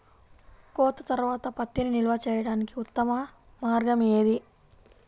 కోత తర్వాత పత్తిని నిల్వ చేయడానికి ఉత్తమ మార్గం ఏది?